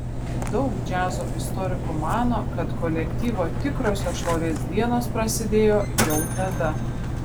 daug džiazo istorikų mano kad kolektyvo tikrosios šlovės dienos prasidėjo jau tada